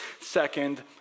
second